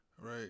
right